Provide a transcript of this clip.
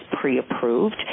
pre-approved